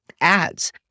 Ads